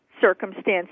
circumstances